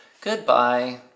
Goodbye